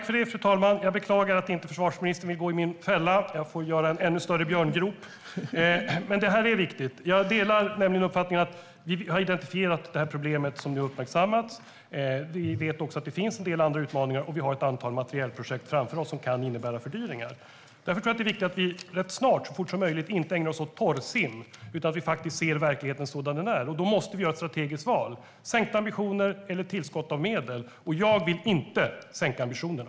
Fru talman! Jag beklagar att inte försvarsministern vill gå i min fälla. Jag får göra en ännu större björngrop. Men detta är viktigt. Jag delar uppfattningen att vi har identifierat problemet som nu är uppmärksammat. Vi vet också att det finns en del andra utmaningar, och vi har ett antal materielprojekt framför oss som kan innebära fördyringar. Därför är det viktigt att vi rätt snart, så fort som möjligt, slutar att ägna oss åt torrsim utan ser verkligheten sådan den är. Då måste vi göra ett strategiskt val - sänkta ambitioner eller tillskott av medel - och jag vill inte sänka ambitionerna.